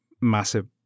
massive